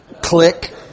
Click